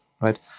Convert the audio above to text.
right